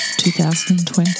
2020